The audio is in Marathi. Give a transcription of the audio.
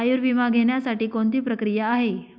आयुर्विमा घेण्यासाठी कोणती प्रक्रिया आहे?